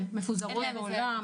כן, הן מפוזרות בעולם.